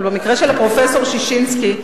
אבל במקרה של הפרופסור ששינסקי,